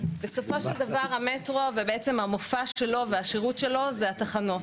בסופו של דבר המטרו ובעצם המופע שלו והשירות שלו זה התחנות,